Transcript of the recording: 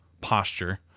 posture